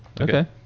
Okay